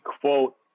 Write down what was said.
quote